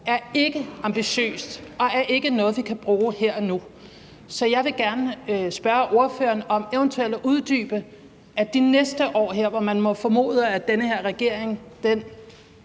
er ambitiøst og ikke er noget, vi kan bruge her og nu. Så jeg vil gerne spørge ordføreren, om han eventuelt kan uddybe, hvad man i de næste år her, hvor vi må formode, at den her regering er